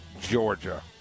Georgia